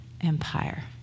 empire